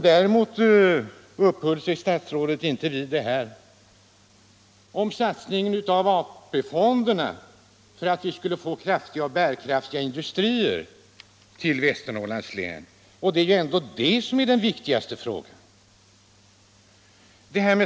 Däremot uppehöll sig statsrådet inte vid tanken på en satsning av AP-fonderna för att vi skulle få bärkraftiga industrier i Västernorrlands län, och det är ändå den viktigaste frågan.